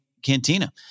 cantina